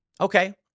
Okay